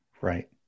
Right